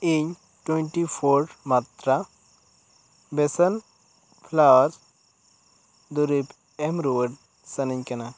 ᱤᱧ twenty four ᱢᱟᱱᱛᱨᱟ ᱵᱮᱥᱮᱱ ᱯᱷᱞᱟᱣᱟᱨ ᱫᱩᱨᱤᱵᱽ ᱮᱢ ᱨᱩᱭᱟᱹᱲ ᱥᱟᱱᱟᱧ ᱠᱟᱱᱟ